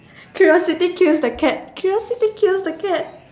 curiosity kills the cat curiosity kills the cat